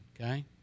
okay